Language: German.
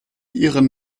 ihren